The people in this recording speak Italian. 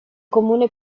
comune